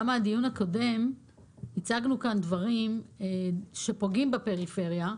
גם בדיון הקודם הצגנו כאן דברים שפוגעים בפריפריה,